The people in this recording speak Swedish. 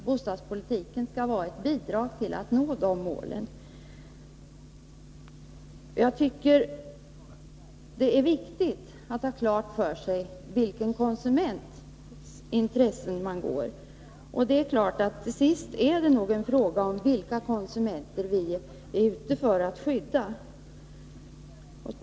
Bostadspolitiken skall bidra till att vi kan nå dessa mål. Det är viktigt att man har klart för sig vilka konsumenters ärenden som man går. Till sist är det nog en fråga om vilka konsumenter som vi är ute för att skydda.